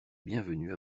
bienvenue